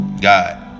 god